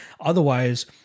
otherwise